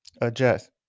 Adjust